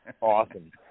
Awesome